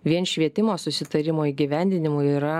vien švietimo susitarimo įgyvendinimui yra